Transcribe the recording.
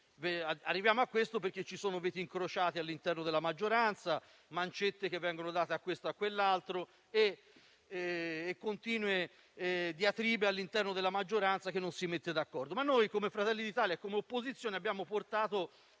Arriviamo a questo perché ci sono veti incrociati all'interno della maggioranza, mancette che vengono date a questo e a quell'altro e continue diatribe all'interno della maggioranza, che non si mette d'accordo. Noi però come Fratelli d'Italia e come opposizione, abbiamo portato